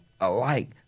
alike